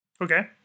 okay